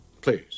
Please